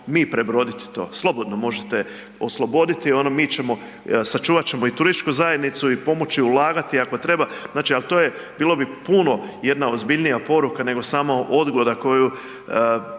mi prebroditi to, slobodno možete osloboditi ono mi ćemo sačuvat ćemo i turističku zajednicu i pomoći ulagati ako treba, znači al to je bilo bi puno jedna ozbiljnija poruka nego samo odgoda koju